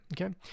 okay